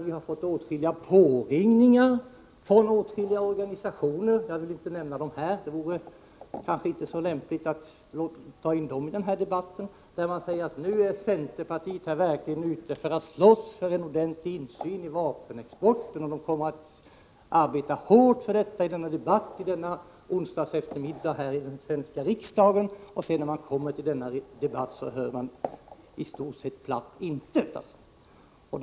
Vi har fått påringningar från åtskilliga organisationer rielexport —- jag vill inte här nämna vilka; det vore kanske inte så lämpligt att ta in dem i debatten — som sagt att centern nu verkligen tänker slåss för en ordentlig insyn i vapenexporten och kommer att arbeta hårt för det i debatten denna onsdagseftermiddag i Sveriges riksdag, och när man sedan kommer till denna debatt märker man i stort sett platt intet av det.